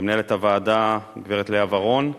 למנהלת הוועדה גברת לאה ורון,